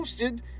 posted